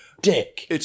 dick